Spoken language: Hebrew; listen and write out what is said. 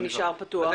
נשאר הפתוח,